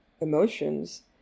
emotions